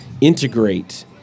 integrate